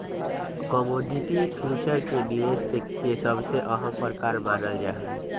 commodity future के निवेश के सबसे अहम प्रकार मानल जाहई